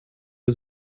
der